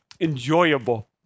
enjoyable